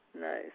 Nice